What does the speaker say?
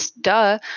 duh